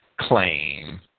claim